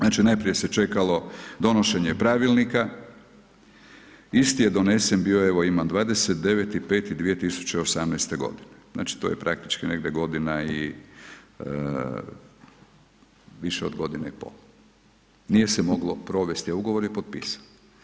Znači, najprije se čekalo donošenje Pravilnika, isti je donesen bio, evo imam, 29.05.2018. godine, znači to je praktički negdje godina i, više od godine i pol, nije se moglo provesti, a ugovor je potpisan.